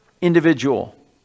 individual